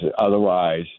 otherwise